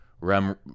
rem